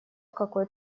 какой